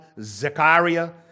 Zechariah